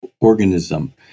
organism